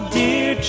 dear